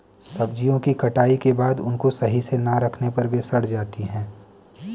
सब्जियों की कटाई के बाद उनको सही से ना रखने पर वे सड़ जाती हैं